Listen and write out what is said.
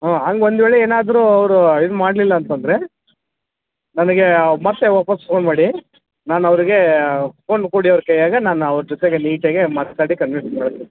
ಹ್ಞೂ ಹಂಗೆ ಒಂದು ವೇಳೆ ಏನಾದರು ಅವರು ಇದು ಮಾಡಲಿಲ್ಲ ಅಂತಂದರೆ ನನಗೇ ಮತ್ತೆ ವಾಪಾಸ್ಸು ಫೋನ್ ಮಾಡಿ ನಾನು ಅವ್ರ್ಗೇ ಫೋನ್ ಕೊಡಿ ಅವ್ರ ಕೈಯಾಗ ನಾನು ಅವ್ರ ಜೊತೆಗೆ ನೀಟಾಗಿ ಮಾತಾಡಿ ಕನ್ವಿನ್ಸ್ ಮಾಡ್ತಿನಿ